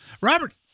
Robert